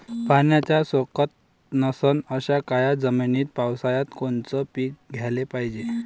पाण्याचा सोकत नसन अशा काळ्या जमिनीत पावसाळ्यात कोनचं पीक घ्याले पायजे?